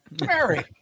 Mary